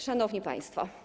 Szanowni Państwo!